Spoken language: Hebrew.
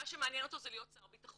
מה שמעניין אותו זה להיות שר בטחון.